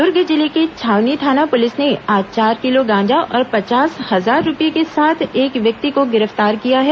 दुर्ग जिले की छावनी थाना पुलिस ने आज चार किलो गांजा और पचास हजार रूपये के साथ एक व्यक्ति को गिरफ्तार किया है